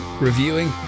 reviewing